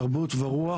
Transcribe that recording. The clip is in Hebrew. תרבות ורוח.